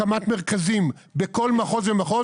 על הנושא של הקמת מרכזים בכל מחוז ומחוז